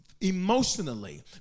emotionally